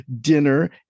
dinner